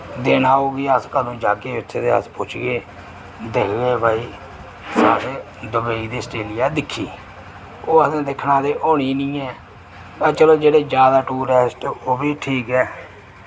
दिन औग जां अस कदूं जाह्गे उत्थै ते अस पुजगे दिखगे भाई दुबई ते आस्ट्रेलिया दिक्खी ओह् असें दिक्खना ते होनी नि ऐ अस चलो जेह्ड़े जा दा टूरिस्ट ओह् बी ठीक ऐ